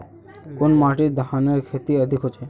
कुन माटित धानेर खेती अधिक होचे?